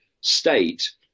state